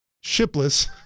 shipless